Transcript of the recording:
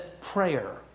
prayer